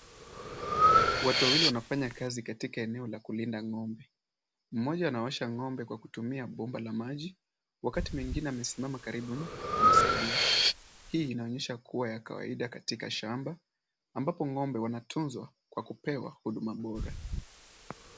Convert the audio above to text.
Watu wawili wanafanya kazi katika eneo la kulinda ng'ombe. Mmoja anaosha ng'ombe kwa kutumia bomba la maji, wakati mwingine amesimama karibu na anasaidia. Hii inaonyesha kuwa ya kawaida katika shamba, ambapo ng'ombe wanatunzwa kwa kupewa huduma bora.